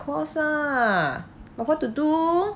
of course lah but what to do